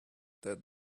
that